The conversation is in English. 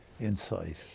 insight